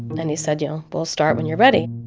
then he said, you know, we'll start when you're ready